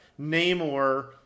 Namor